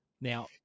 Now